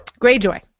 Greyjoy